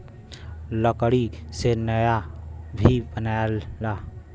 लकड़ी से नइया भी बनला